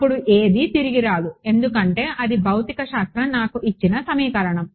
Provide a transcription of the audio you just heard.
అప్పుడు ఏదీ తిరిగి రాదు ఎందుకంటే అది భౌతికశాస్త్రం నాకు ఇచ్చిన సమీకరణం